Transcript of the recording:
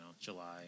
July